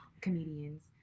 comedians